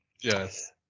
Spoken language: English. Yes